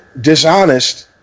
dishonest